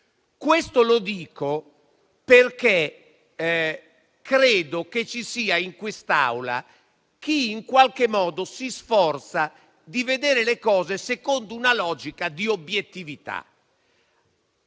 questo perché credo che ci sia in quest'Aula chi in qualche modo si sforza di vedere le cose secondo una logica di obiettività.